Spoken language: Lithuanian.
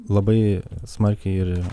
labai smarkiai ir